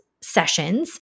sessions